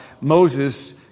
Moses